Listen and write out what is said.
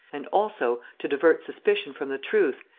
and also to divert suspicion from the truth,